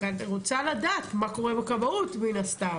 היא רוצה לדעת מה קורה בכבאות מן הסתם.